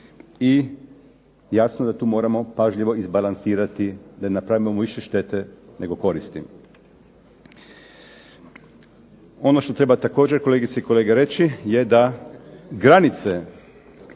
je da tu moramo pažljivo izbalansirati da ne napravimo više štete nego koristi. Ono što treba također kolegice i kolege reći je da granice